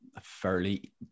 fairly